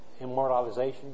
immortalization